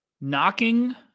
knocking